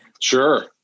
Sure